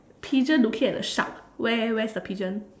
pigeon looking at the shark where where's the pigeon